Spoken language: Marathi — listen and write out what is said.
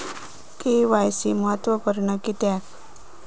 के.वाय.सी महत्त्वपुर्ण किद्याक?